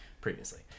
previously